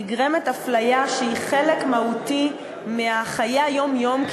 נגרמת הפליה שהיא חלק מהותי מחיי היום-יום,